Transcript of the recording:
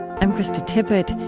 i'm krista tippett.